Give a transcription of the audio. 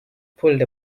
pulled